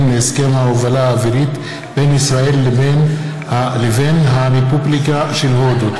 להסכם ההובלה האווירית בין ישראל לבין הרפובליקה של הודו.